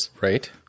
right